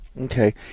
Okay